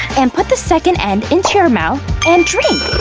and put the second end into your mouth. and drink!